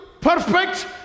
perfect